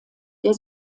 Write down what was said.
der